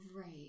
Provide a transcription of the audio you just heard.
Right